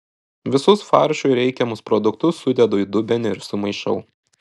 visus faršui reikiamus produktus sudedu į dubenį ir sumaišau